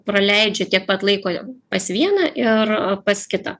praleidžia tiek pat laiko pas vieną ir pas kitą